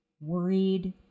worried